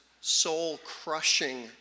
soul-crushing